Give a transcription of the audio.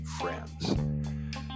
friends